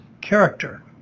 character